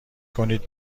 کنید